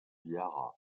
lara